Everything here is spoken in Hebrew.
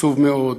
עצוב מאוד,